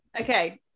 Okay